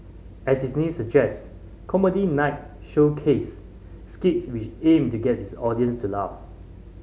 as its name suggest Comedy Night showcased skits which aimed to get its audience to laugh